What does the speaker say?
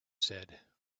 said